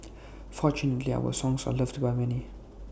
fortunately our songs are loved by many